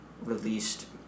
released